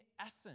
essence